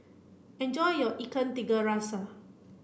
enjoy your Ikan Tiga Rasa